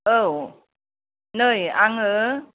औ नै आङो